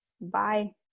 Bye